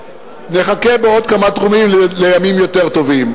נחכה בעוד כמה תחומים לימים יותר טובים.